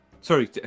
Sorry